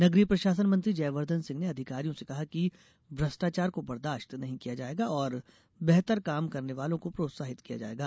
नगरीय प्रशासन मंत्री जयवर्धन सिंह ने अधिकारियों से कहा कि भ्रष्टाचार को बर्दाश्त नहीं किया जायेगा और बेहतर काम करने वालों को प्रोत्साहित किया जायेगा